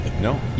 No